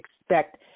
expect